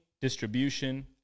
distribution